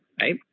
right